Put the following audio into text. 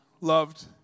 loved